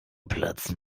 platz